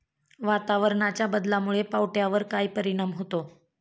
वातावरणाच्या बदलामुळे पावट्यावर काय परिणाम होतो?